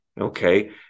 Okay